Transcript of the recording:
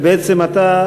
ובעצם אתה,